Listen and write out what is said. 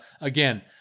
again